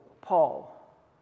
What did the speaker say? Paul